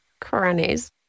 Crannies